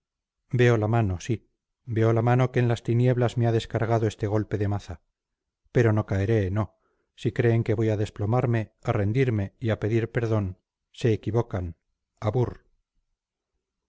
veo la mano sí veo la mano que en las tinieblas me ha descargado este golpe de maza pero no caeré no si creen que voy a desplomarme a rendirme y a pedir perdón se equivocan abur